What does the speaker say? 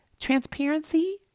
transparency